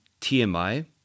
TMI